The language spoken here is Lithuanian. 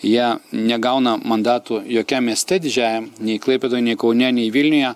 jie negauna mandatų jokiam mieste didžiajam nei klaipėdoj nei kaune nei vilniuje